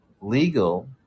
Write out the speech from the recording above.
legal